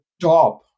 top